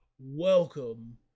welcome